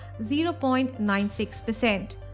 0.96%